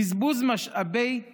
בזבוז משאבי טבע,